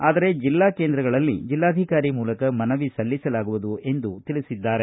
ಆದರೆ ಜಿಲ್ಡಾ ಕೇಂದ್ರಗಳಲ್ಲಿ ಜಿಲ್ಡಾಧಿಕಾರಿ ಮೂಲಕ ಮನವಿ ಸಲ್ಲಿಸಲಾಗುವುದು ಎಂದು ಅವರು ತಿಳಿಸಿದ್ದಾರೆ